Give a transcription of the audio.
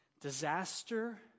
Disaster